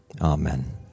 amen